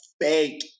fake